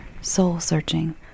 soul-searching